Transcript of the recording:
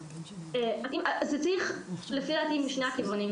עכשיו זה אחרי עלייה משנה שעברה.